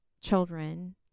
children